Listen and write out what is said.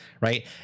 Right